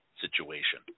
situation